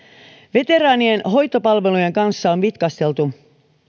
veteraanien hoitopalveluiden kanssa on vitkasteltu